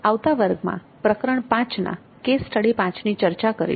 આવતા વર્ગમાં પ્રકરણ 5 ના કેસ સ્ટડી 5 ની ચર્ચા કરીશું